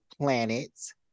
planets